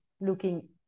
looking